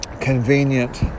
convenient